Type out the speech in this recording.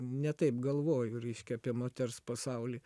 ne taip galvoju reiškia apie moters pasaulį